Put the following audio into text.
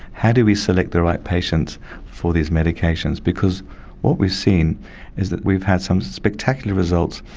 how do we select the right patients for these medications? because what we've seen is that we've had some spectacular results,